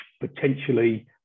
potentially